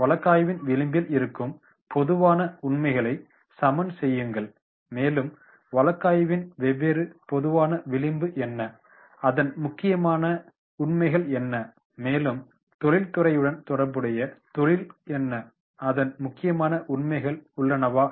வழக்காய்வின் விளிம்பில் இருக்கும் பொதுவான உண்மைகளை சமன் செய்யுங்கள் மேலும் வழக்காய்வின் வெவ்வேறு பொதுவான விளிம்பு என்ன அதன் முக்கியமான உண்மைகள் என்ன மேலும் தொழில்துறையுடன் தொடர்புடைய தொழில் என்ன அதன் முக்கியமான உண்மைகள் உள்ளனவா